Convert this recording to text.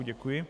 Děkuji.